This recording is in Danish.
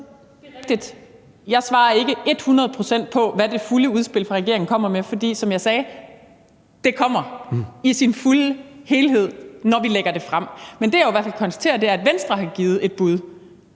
Det er rigtigt. Jeg svarer ikke ethundrede procent på, hvad det fulde udspil er, som regeringen kommer med, for som jeg sagde: Det kommer i sin fulde helhed, når vi lægger det frem. Men det, jeg bare kan konstatere, er, at Venstre i hvert fald